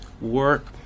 work